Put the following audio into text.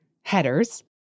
headers